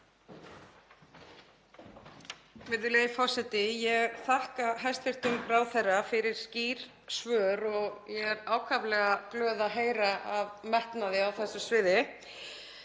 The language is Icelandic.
Virðulegi forseti. Ég þakka hæstv. ráðherra fyrir skýr svör og ég er ákaflega glöð að heyra af metnaði á þessu sviði.